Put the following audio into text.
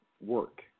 work